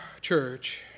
church